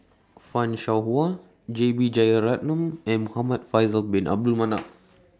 fan Shao Hua J B Jeyaretnam and Muhamad Faisal Bin Abdul Manap